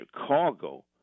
Chicago